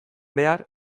behar